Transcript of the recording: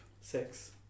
Six